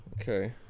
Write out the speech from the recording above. Okay